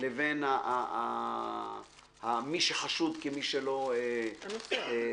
לבין מי שחשוד כמי שלא הנוסע.